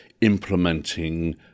implementing